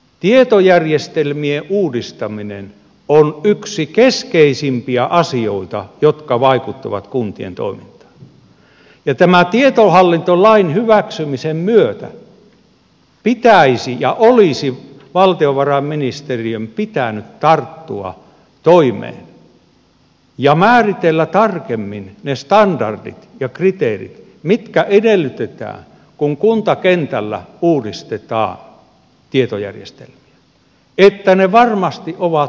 tietojärjestelmien uudistaminen on yksi keskeisimpiä asioita niistä jotka vaikuttavat kuntien toimintaan ja tämän tietohallintolain hyväksymisen myötä pitäisi ja olisi valtiovarainministeriön pitänyt tarttua toimeen ja määritellä tarkemmin ne standardit ja kriteerit mitkä edellytetään kun kuntakentällä uudistetaan tietojärjestelmiä että ne varmasti ovat yhteentoimivia yhteensopivia